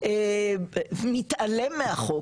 מתעלם מהחוק,